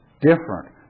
different